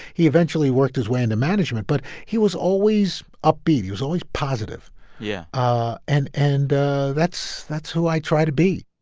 he eventually worked his way into management. but he was always upbeat. he was always positive yeah ah and and that's that's who i try to be.